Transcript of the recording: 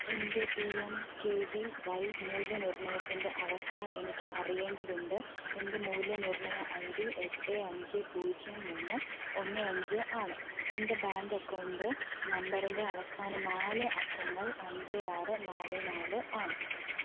എൻ്റെ P M K V Y മൂല്യനിർണ്ണയത്തിൻ്റെ അവസ്ഥ എനിക്ക് അറിയേണ്ടതുണ്ട് എൻ്റെ മൂല്യനിർണ്ണയ ഐ ഡി എട്ട് അഞ്ച് പൂജ്യം മൂന്ന് ഒന്ന് അഞ്ച് ആണ് എൻ്റെ ബാങ്ക് അക്കൗണ്ട് നമ്പറിൻ്റെ അവസാന നാല് അക്കങ്ങൾ അഞ്ച് ആറ് നാല് നാല് ആണ്